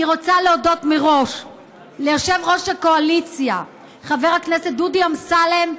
אני רוצה להודות מראש ליושב-ראש הקואליציה חבר הכנסת דודי אמסלם,